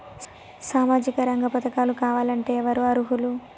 సామాజిక రంగ పథకాలు కావాలంటే ఎవరు అర్హులు?